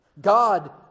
God